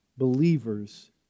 Believers